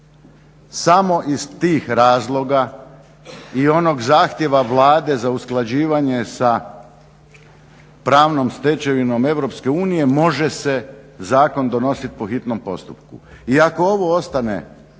Samo iz tih razloga i onog zahtjeva Vlade za usklađivanjem sa pravnom stečevinom EU može se zakon donositi po hitnom pokupsku. I kao ovo ostane